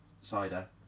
cider